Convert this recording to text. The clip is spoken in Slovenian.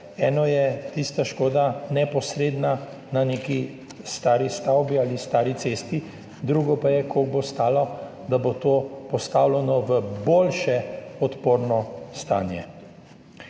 eno je tista škoda neposredna, na neki stari stavbi ali stari cesti, drugo pa je, koliko bo stalo, da bo to postavljeno v boljše, odporno stanje.